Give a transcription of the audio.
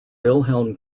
wilhelm